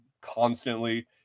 constantly